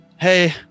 Hey